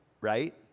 Right